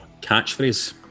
catchphrase